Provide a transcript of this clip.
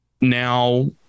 Now